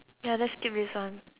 ya let's skip this one